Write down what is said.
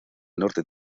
norte